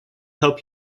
help